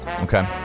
Okay